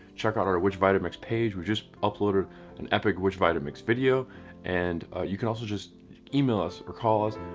check out our which vitamix page. would just uploaded an epic which vitamix video and you can also just email us or call us.